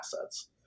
assets